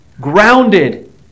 grounded